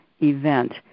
event